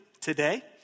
today